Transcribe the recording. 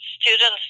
students